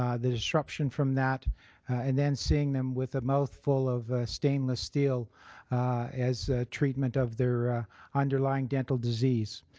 um the disruption from that and then seeing them with a mouthful of stainless steel as treatment of their underlying dental disease.